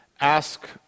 ask